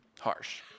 harsh